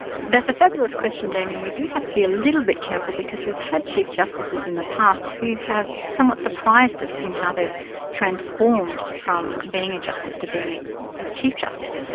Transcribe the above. that's a fabulous question damien. we do have to be a little bit careful because we've had chief justices in the past who have somewhat surprised us in how they've transformed from being a justice to being a and a chief justice.